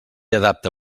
adapta